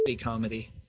comedy